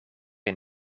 een